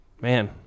man